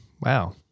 Wow